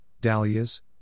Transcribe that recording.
dahlias